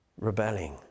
rebelling